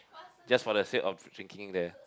just for the sake of drinking there